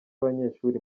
abanyeshuri